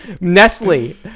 nestle